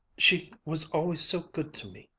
she was always so good to me,